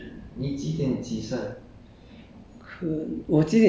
我还没吃